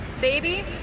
baby